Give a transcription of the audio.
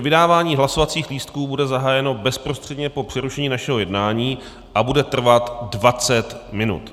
Vydávání hlasovacích lístků bude zahájeno bezprostředně po přerušení našeho jednání a bude trvat 20 minut.